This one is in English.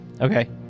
Okay